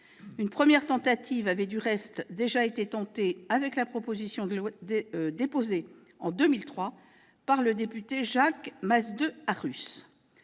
Une première tentative avait du reste eu lieu, avec la proposition de loi déposée en 2003 par le député Jacques Masdeu-Arus.